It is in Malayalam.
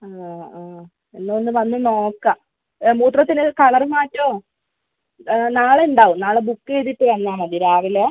ആ ആ എന്നാൽ ഒന്ന് വന്ന് നോക്കാം മൂത്രത്തിന് കളർ മാറ്റമോ നാളെയുണ്ടാവും നാളെ ബുക്ക് ചെയ്തിട്ട് വന്നാൽ മതി രാവിലെ